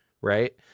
Right